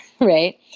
right